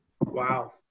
Wow